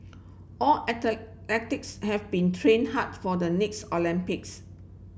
our have been train hard for the next Olympics